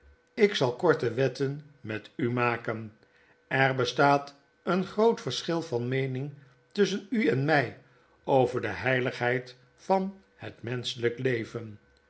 ik zal korte wetten met u maken er bestaat een groot verschil van meening tusschen u en my over de heiligheid van het menschelp leven